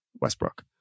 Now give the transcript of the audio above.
Westbrook